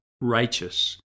righteous